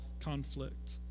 conflict